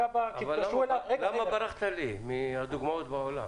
-- למה ברחת לי מהדוגמאות בעולם?